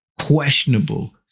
questionable